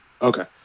okay